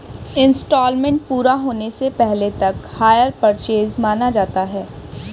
instalment पूरा होने से पहले तक हायर परचेस माना जाता है